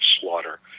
slaughter